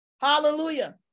hallelujah